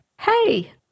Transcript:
hey